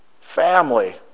family